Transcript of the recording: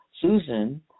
Susan